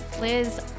Liz